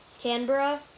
canberra